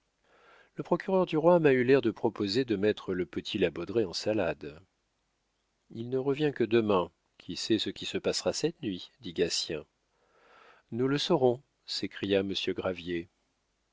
le procureur du roi m'a eu l'air de proposer de mettre le petit la baudraye en salade il ne revient que demain qui sait ce qui se passera cette nuit dit gatien nous le saurons s'écria monsieur gravier